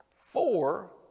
Four